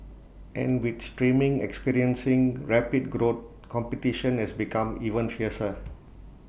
and with streaming experiencing rapid growth competition has become even fiercer